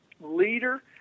leader